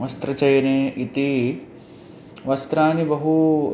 वस्त्रचयने इति वस्त्राणि बहु